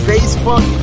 Facebook